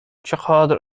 چقدر